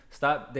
stop